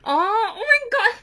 orh oh my god